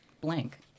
blank